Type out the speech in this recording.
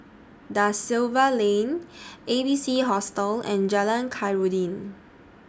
DA Silva Lane A B C Hostel and Jalan Khairuddin